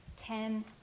ten